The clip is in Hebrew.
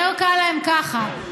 יותר קל להם ככה.